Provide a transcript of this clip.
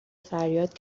فریاد